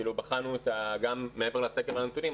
כאילו בחנו אותה גם מעבר לסקר הנתונים,